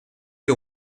des